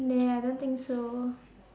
nah I don't think so